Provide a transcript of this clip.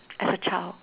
as a child